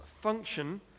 function